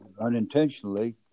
unintentionally